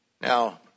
Now